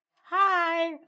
Hi